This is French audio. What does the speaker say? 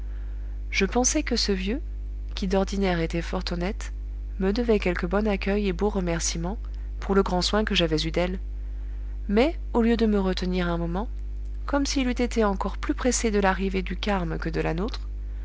je pensais que ce vieux qui d'ordinaire était fort honnête me devait quelque bon accueil et beau remercîment pour le grand soin que j'avais eu d'elle mais au lieu de me retenir un moment comme s'il eût été encore plus pressé de l'arrivée du carme que de la nôtre